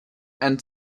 and